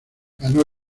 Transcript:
ganó